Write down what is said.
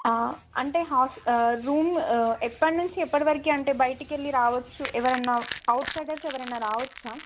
అంటే రూమ్ ఎప్పటి నుంచి ఎప్పటి వరకు అంటే బయటికి వెళ్లి రావచ్చు ఎవరైనా అవుట్సైడర్స్ ఎవరైనా రావచ్చా